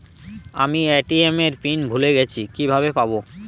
আমি এ.টি.এম এর পিন ভুলে গেছি কিভাবে পাবো?